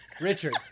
Richard